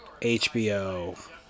HBO